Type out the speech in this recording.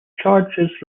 charges